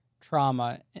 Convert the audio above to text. trauma